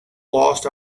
lost